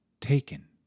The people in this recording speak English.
taken